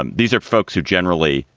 and these are folks who generally,